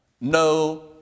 no